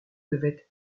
devait